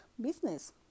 business